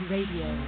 Radio